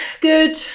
good